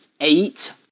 eight